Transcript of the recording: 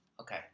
okay